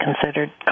considered